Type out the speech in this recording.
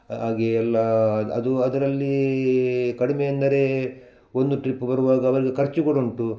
ಹಾಗೆ ಎಲ್ಲ ಅದು ಅದು ಅದರಲ್ಲಿ ಕಡಿಮೆ ಎಂದರೆ ಒಂದು ಟ್ರಿಪ್ ಬರುವಾಗ ಅವರಿಗೆ ಖರ್ಚು ಕೂಡ ಉಂಟು